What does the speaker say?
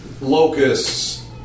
locusts